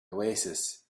oasis